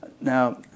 Now